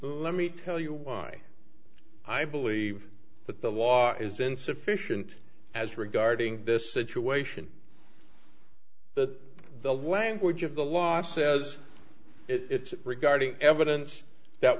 let me tell you why i believe that the law is insufficient as regarding this situation that the language of the law says it regarding evidence that